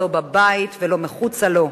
לא בבית ולא מחוצה לו.